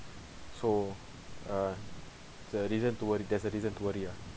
so uh the reason to worry there's a reason to worry ah